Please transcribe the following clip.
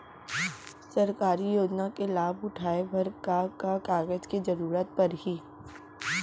सरकारी योजना के लाभ उठाए बर का का कागज के जरूरत परही